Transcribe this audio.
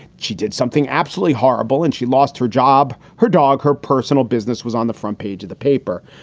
she did something absolutely horrible and she lost her job. her dog, her personal business was on the front page of the paper.